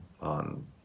on